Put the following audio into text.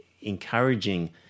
encouraging